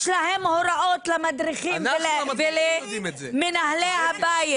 יש להם הוראות, למדריכים ולמנהלי הבית.